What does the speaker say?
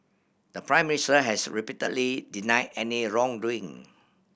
the Prime Minister has repeatedly denied any wrongdoing